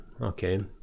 okay